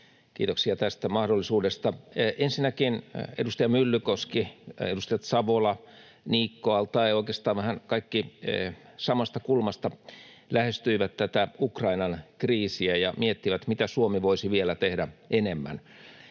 Kiitoksia tästä mahdollisuudesta. Ensinnäkin edustaja Myllykoski ja edustajat Savola, Niikko, al-Taee oikeastaan vähän kaikki samasta kulmasta lähestyivät tätä Ukrainan kriisiä ja miettivät, mitä Suomi voisi tehdä vielä enemmän.